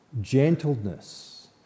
gentleness